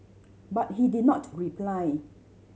but he did not reply